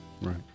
right